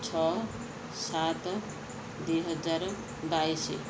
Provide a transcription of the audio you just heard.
ଛଅ ସାତ ଦୁଇହଜାର ବାଇଶ